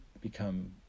become